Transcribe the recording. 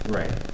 right